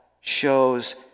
shows